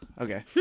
Okay